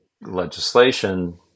legislation